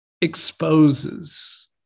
exposes